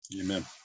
Amen